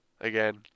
again